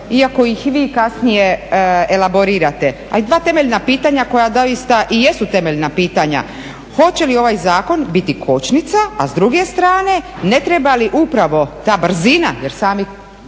iako ih vi kasnije elaborirate. A i dva temeljna pitanja koja doista i jesu temeljna pitanja. Hoće li ovaj zakon biti kočnica, a s druge strane ne treba li upravo ta brzina jer sami,